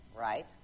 Right